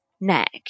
neck